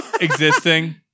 Existing